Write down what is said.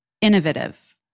innovative